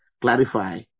clarify